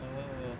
orh